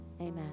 Amen